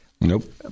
Nope